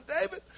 David